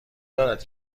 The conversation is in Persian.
دارد